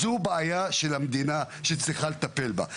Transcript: זו בעיה של המדינה שצריכה לטפל בה.